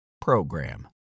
program